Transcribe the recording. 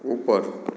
ઉપર